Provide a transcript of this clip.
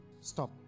Stop